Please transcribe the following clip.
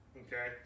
Okay